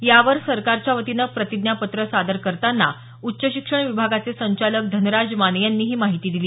यावर सरकारच्या वतीनं प्रतिज्ञा पत्र सादर करताना उच्च शिक्षण विभागाचे संचालक धनराज माने यांनी ही माहिती दिली